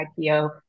IPO